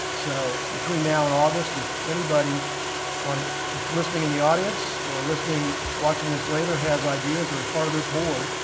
so, between now and august, if anybody that's listening in the audience or listening, watching this later, has ideas, or is part of this board,